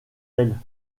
elle